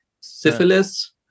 syphilis